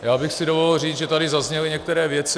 Já bych si dovolil říct, že tady zazněly některé věci.